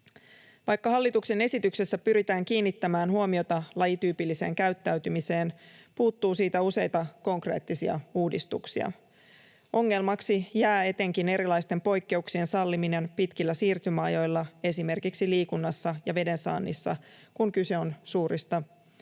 Vaikka hallituksen esityksessä pyritään kiinnittämään huomiota lajityypilliseen käyttäytymiseen, puuttuu siitä useita konkreettisia uudistuksia. Ongelmaksi jää etenkin erilaisten poikkeuksien salliminen pitkillä siirtymäajoilla esimerkiksi liikunnassa ja vedensaannissa, kun kyse on suurista